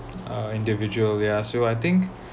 uh individual ya so I think